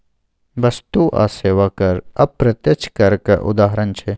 बस्तु आ सेबा कर अप्रत्यक्ष करक उदाहरण छै